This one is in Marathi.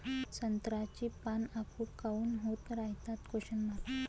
संत्र्याची पान आखूड काऊन होत रायतात?